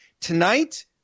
Tonight –